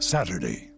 Saturday